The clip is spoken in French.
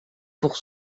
pour